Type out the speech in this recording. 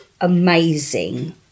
amazing